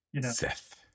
Seth